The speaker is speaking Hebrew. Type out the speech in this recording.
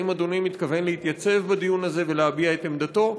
האם אדוני מתכוון להתייצב בדיון הזה ולהביע את עמדתו?